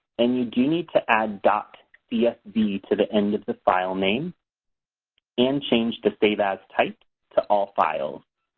and you do need to add dot csv to the end of the file name and change the save as type to all files.